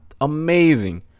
Amazing